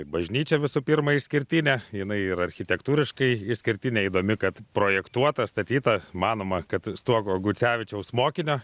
bažnyčia visų pirma išskirtinė jinai yra architektūriškai išskirtinė įdomi kad projektuota statyta manoma kad stuogo gucevičiaus mokinio